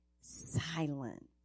silent